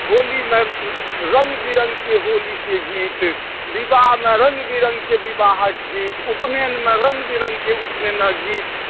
होलीमे रङ्ग बिरङ्गके होलीके गीत बिबाहमे रङ्ग बिरङ्गके बिबाहक गीत उपनयनमे रङ्ग बिरङ्गके उपनयनक गीत